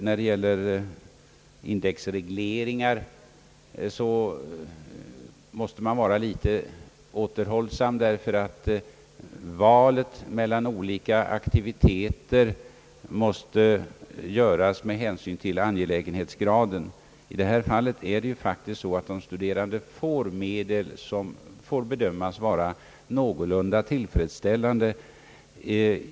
När det gäller indexregleringar måste man över huvud taget vara litet återhållsam, ty valet mellan olika aktiviteter måste göras med hänsyn till angelägenhetsgraden. I detta fall är det faktiskt så att de studerande får medel som bör bedömas vara någorlunda tillfredsställande.